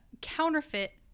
counterfeit